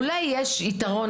אולי יש יתרון,